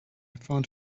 found